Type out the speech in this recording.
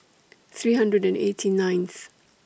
three hundred and eighty ninth